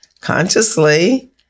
consciously